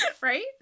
Right